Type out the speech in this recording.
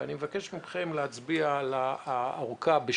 ואני מבקש מכם להצביע בעד ארכה של